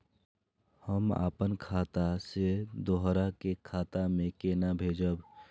हम आपन खाता से दोहरा के खाता में केना भेजब?